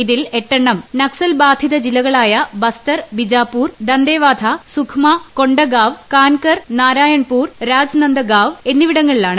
ഇതിൽ എട്ടെണ്ണം നക്സൽ ബാധിത ജില്ലുകളായ ബസ്തർ ബിജാപ്പൂർ ദന്തേവാധ സുഖ്മ കൊണ്ടഗാവ് കാൻകർ നാരായൺപൂർ രാജ്നന്ദഗാവ് എന്നിവിടങ്ങളിലാണ്